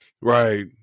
Right